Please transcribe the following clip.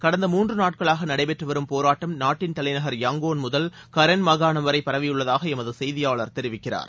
கடந்த மூன்றுநாட்களாகநடைபெற்றுவரும் போராட்டம் நாட்டின் தலைநகர் யாங்குன் முதல் கரென் மாகாணம்வரைபரவியுள்ளதாகஎமதுசெய்தியாளர் தெரிவிக்கிறார்